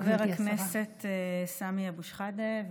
חבר הכנסת סמי אבו שחאדה,